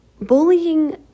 Bullying